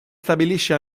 stabilisce